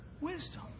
wisdom